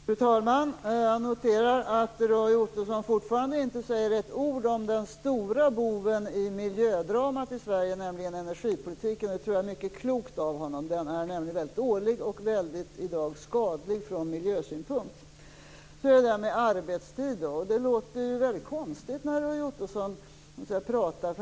Fru talman! Jag noterar att Roy Ottosson fortfarande inte säger ett ord om den stora boven i miljödramat i Sverige, nämligen energipolitiken. Det tror jag är mycket klokt av honom. Den är nämligen i dag väldigt dålig och väldigt skadlig från miljösynpunkt. Sedan har vi detta med arbetstid. Det Roy Ottosson säger låter väldigt konstigt.